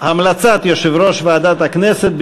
להמלצת יושב-ראש ועדת הכנסת.